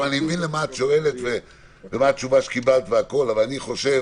אני מבין מה את שואלת ומה התשובה שקיבלת אבל אני חושב